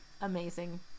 amazing